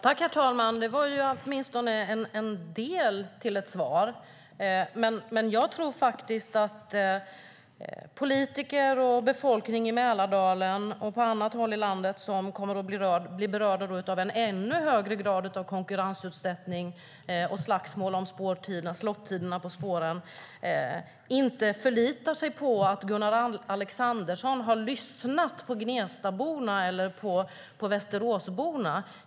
Herr talman! Det var åtminstone en del av ett svar. Jag tror dock faktiskt att politiker och befolkning i Mälardalen och på andra håll i landet som kommer att bli berörda av en ännu högre grad av konkurrensutsättning och slagsmål om slottiderna på spåren inte förlitar sig på att Gunnar Alexandersson har lyssnat på Gnestaborna eller Västeråsborna.